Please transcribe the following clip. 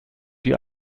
die